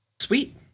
Sweet